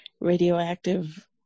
radioactive